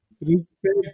respect